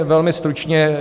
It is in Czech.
Velmi stručně.